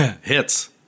Hits